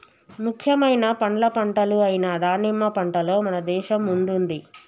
ముఖ్యమైన పండ్ల పంటలు అయిన దానిమ్మ పంటలో మన దేశం ముందుంది